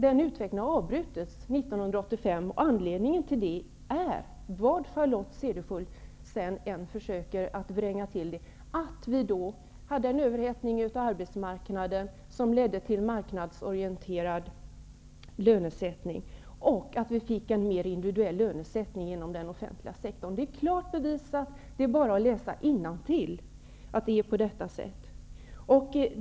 Den utvecklingen har avbrutits 1985, och anledningen till det är -- hur Charlotte Cederschiöld än försöker vränga till det -- att vi då hade en överhettning av arbetsmarknaden som ledde till marknadsorienterad lönesättning, och till att vi fick en mer individuell lönesättning inom den offentliga sektorn. Det är klart bevisat -- det är bara att läsa innantill -- att det är på det sättet.